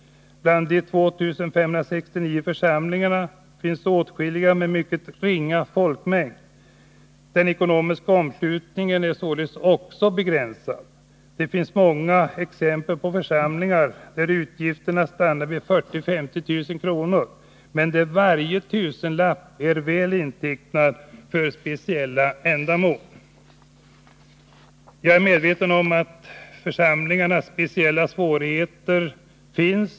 Bland de 2 569 församlingarna finns åtskilliga med en mycket ringa folkmängd. Den ekonomiska omslutningen är således mycket begränsad. Det finns många exempel på församlingar där utgifterna stannar vid 40 000-50 000 kr. Där är varje tusenlapp intecknad för speciella ändamål. Jag är medveten om församlingarnas speciella svårigheter.